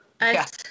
yes